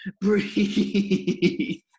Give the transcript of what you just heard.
breathe